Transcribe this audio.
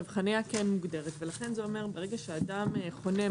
חניה כן מוגדרת ולכן זה אומר שברגע שאדם חונה,